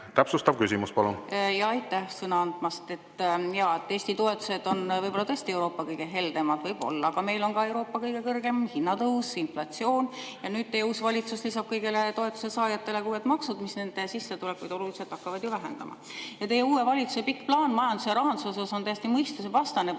kinni maksma. Aitäh sõna andmast! Jaa, Eesti toetused on võib-olla tõesti Euroopa kõige heldemad – võib-olla –, aga meil on ka Euroopa kõige kõrgem hinnatõus, inflatsioon. Ja nüüd teie uus valitsus lisab kõigile toetusesaajatele uued maksud, mis nende sissetulekuid oluliselt hakkavad ju vähendama. Teie uue valitsuse pikk plaan majanduse ja rahanduse osas on täiesti mõistusevastane.